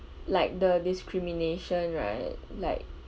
like the discrimination right like